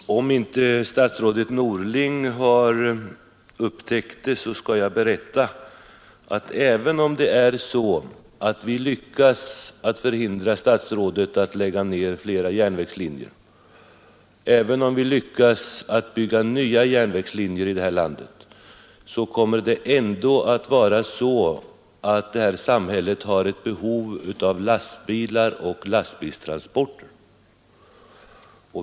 Herr talman! Om inte statsrådet Norling har upptäckt det så skall jag berätta att även om det är så att vi lyckas förhindra statsrådet att lägga ned flera järnvägslinjer, även om vi lyckas bygga nya järnvägslinjer i det här landet, kommer vårt samhälle ändå att ha ett behov av lastbilar och lastbilstransporter.